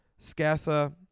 Scatha